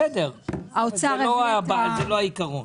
בסדר, זה לא העיקרון.